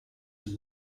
and